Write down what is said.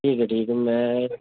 ٹھیک ہے ٹھیک ہے میں